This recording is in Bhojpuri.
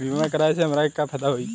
बीमा कराए से हमरा के का फायदा होई?